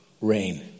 rain